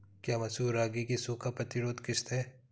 क्या मसूर रागी की सूखा प्रतिरोध किश्त है?